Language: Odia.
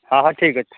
ହଁ ହଁ ଠିକ ଅଛି